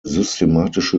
systematische